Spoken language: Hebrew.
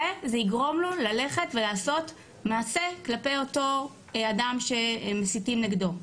וזה יגרום לו ללכת ולעשות מעשה כלפי אותו אדם שמסיתים נגדו.